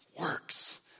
Works